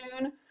June